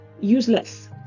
useless